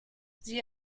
sie